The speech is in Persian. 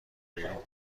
بیرون